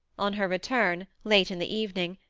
on her return, late in the evening,